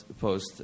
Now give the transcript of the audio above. post